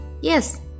Yes